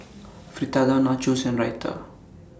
Fritada Nachos and Raita